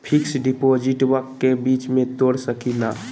Fix डिपोजिटबा के बीच में तोड़ सकी ना?